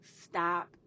stop